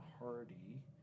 Hardy